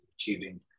achieving